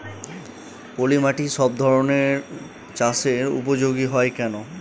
পলিমাটি সব ধরনের চাষের উপযোগী হয় কেন?